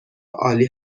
عالی